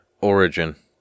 origin